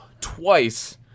twice